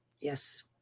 Yes